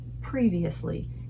previously